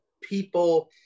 people